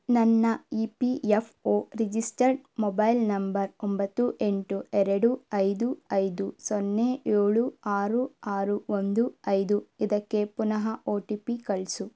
ನನ್ನ E P F O registered mobile number ಒಂಬತ್ತು ಎಂಟು ಎರಡು ಐದು ಐದು ಸೊನ್ನೆ ಏಳು ಆರು ಆರು ಒಂದು ಐದು ಇದಕ್ಕೆ ಪುನಃ ಒ ಟಿ ಪಿ ಕಳಿಸು